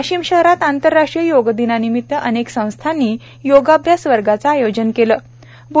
वाशिम शहरात आंतरराष्ट्रीय योगदिनानिमित्त अनेक संस्थांनी योग अभ्यास वर्गाचं आयोजन केलं होतं